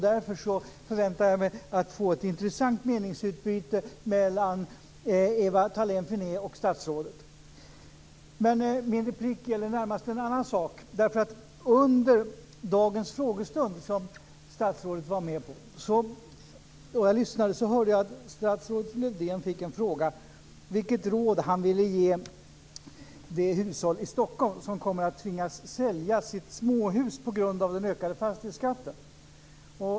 Därför förväntar jag mig ett intressant meningsutbyte mellan Ewa Thalén Finne och statsrådet. Min replik gäller närmast en annan sak. Under dagens frågestund, som statsrådet var med på och som jag lyssnade till, hörde jag att statsrådet Lövdén fick en fråga om vilket råd han ville ge det hushåll i Stockholm som kommer att tvingas sälja sitt småhus på grund av den ökade fastighetsskatten.